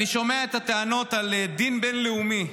אני שומע את הטענות על דין בין-לאומי.